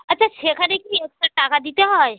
আচ্ছা সেখানে কি এক্সট্রা টাকা দিতে হয়